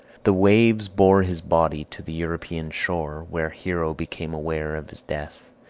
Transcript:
the waves bore his body to the european shore, where hero became aware of his death,